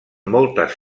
moltes